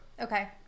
Okay